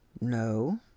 no